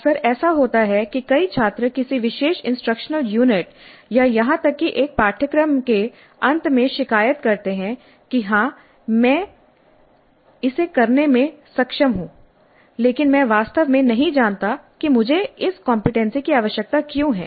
अक्सर ऐसा होता है कि कई छात्र किसी विशेष इंस्ट्रक्शनल यूनिट या यहां तक कि एक पाठ्यक्रम के अंत में शिकायत करते हैं कि हां मैं इसे करने में सक्षम हूं लेकिन मैं वास्तव में नहीं जानता कि मुझे इस कमपेटेंसी की आवश्यकता क्यों है